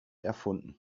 erfunden